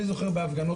אני זוכר בהפגנות,